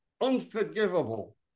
unforgivable